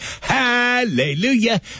Hallelujah